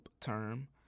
term